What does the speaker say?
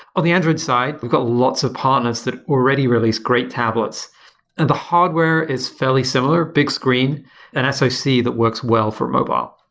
on the android side, we've got lots of partners that already release great tablets, and the hardware is fairly similar, big screen and so soc that works well for mobile.